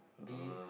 beef